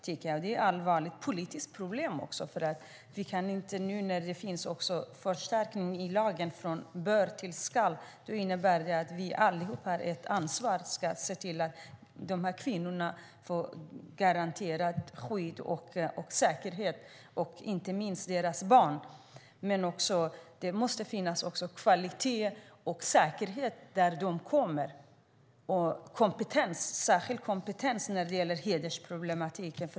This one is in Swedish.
Det är också ett allvarligt politiskt problem. När man nu har skärpt lagens formulering från "bör" till "ska" innebär det att vi alla har ett ansvar att se till att dessa kvinnor, och inte minst deras barn, garanteras skydd och säkerhet. Det måste också finnas kvalitet och säkerhet dit de kommer, liksom särskild kompetens när det gäller hedersproblematiken.